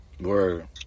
Word